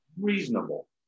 reasonable